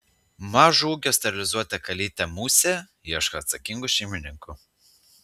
mažo ūgio sterilizuota kalytė musė ieško atsakingų šeimininkų